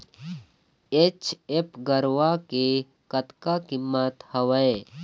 HF गरवा के कतका कीमत हवए?